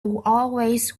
always